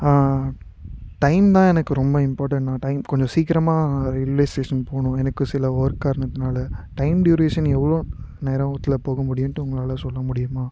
time தான் எனக்கு ரொம்ப இம்பார்ட்டன்ட்ணா டைம் கொஞ்சம் சீக்கிரமாக ரெயில்வே ஸ்டேஷன் போகணும் எனக்கு சில ஒர்க் காரணத்துனால் டைம் ட்யூரேஷன் எவ்வளோ நேரத்தில் போக முடியும்ட்டு உங்களால் சொல்ல முடியுமா